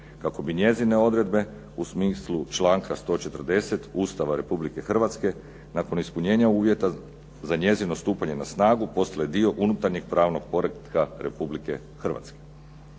kako bi njezine odredbe u smislu članka 140. Ustava Republike Hrvatske nakon ispunjenja uvjeta za njezino stupanje na snagu postale dio unutarnjeg pravnog poretka Republike Hrvatske.